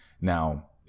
Now